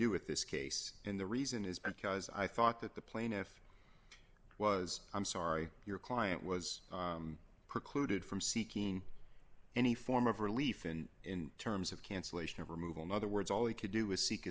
do with this case in the reason is because i thought that the plaintiff was i'm sorry your client was precluded from seeking any form of relief in terms of cancellation of removal in other words all he could do was seek